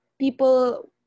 people